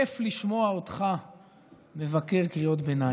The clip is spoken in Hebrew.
כיף לשמוע אותך מבקר קריאות ביניים.